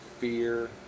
fear